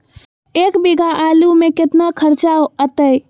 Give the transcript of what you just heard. एक बीघा आलू में केतना खर्चा अतै?